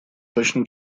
точно